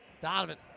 Donovan